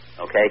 okay